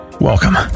Welcome